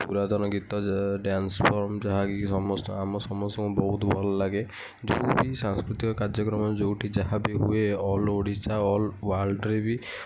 ପୁରାତନ ଗୀତ dance form ଯାହାକି ସମସ୍ତଙ୍କୁ ଆମ ସମସ୍ତଙ୍କୁ ବହୁତ ଭଲ ଲାଗେ ଯେଉଁଠି ସାଂସ୍କୃତିକ କାର୍ଯ୍ୟକ୍ରମ ଯେଉଁଠି ଯାହା ବି ହୁଏ ଅଲ୍ ଓଡ଼ିଶା ଅଲ୍ ୱାର୍ଲଡ଼ରେ ବି